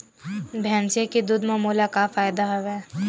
भैंसिया के दूध म मोला का फ़ायदा हवय?